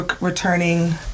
returning